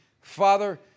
Father